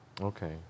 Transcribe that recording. Okay